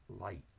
light